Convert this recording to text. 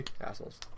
assholes